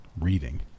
reading